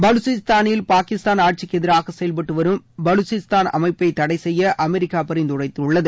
பலுசிஸ்தானில் பாகிஸ்தான் ஆட்சிக்கு எதிராக செயல்பட்டு வரும் பலுசிஸ்தான் அமைப்பை தடைசெய்ய அமெரிக்கா பரிந்துரைத்துள்ளது